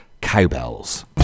cowbells